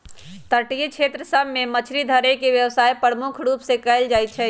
तटीय क्षेत्र सभ में मछरी धरे के व्यवसाय प्रमुख रूप से कएल जाइ छइ